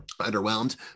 underwhelmed